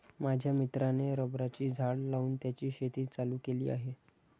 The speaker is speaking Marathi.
माझ्या मित्राने रबराची झाडं लावून त्याची शेती चालू केली आहे